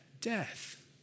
Death